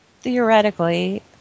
theoretically